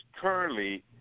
currently